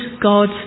God